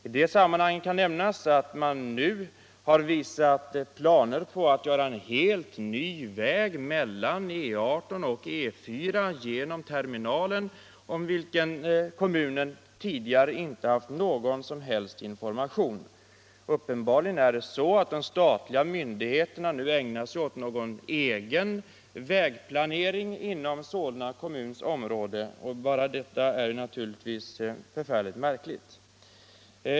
I det sammanhanget kan påpekas att man nu har vissa planer på att göra en helt ny väg mellan E 18 och E 4 genom terminalen, om vilken kommunen tidigare inte haft någon som helst information. Uppenbarligen är det så att de statliga myndigheterna nu ägnar sig åt någon egen vägplanering inom Solna kommuns område, och bara detta är naturligtvis mycket märkligt.